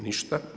Ništa.